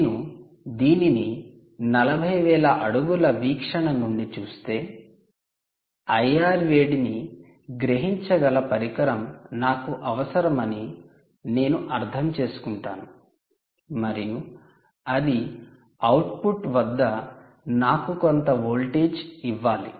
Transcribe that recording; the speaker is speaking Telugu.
నేను దీనిని 40000 అడుగుల వీక్షణ నుండి చూస్తే ఐఆర్ వేడిని గ్రహించగల పరికరం నాకు అవసరమని నేను అర్థం చేసుకుంటాను మరియు అది అవుట్పుట్ వద్ద నాకు కొంత వోల్టేజ్ ఇవ్వాలి